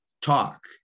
talk